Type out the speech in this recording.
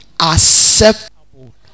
acceptable